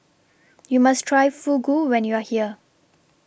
YOU must Try Fugu when YOU Are here